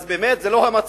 אז באמת, זה לא המצב.